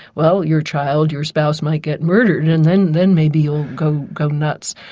well your child, your spouse might get murdered, and then then maybe you'll go go nuts.